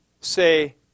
say